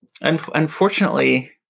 unfortunately